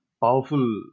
powerful